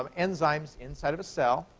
um enzymes inside of a cell.